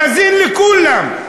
נאזין לכולם.